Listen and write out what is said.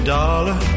dollar